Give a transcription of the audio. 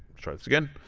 try this again